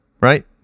right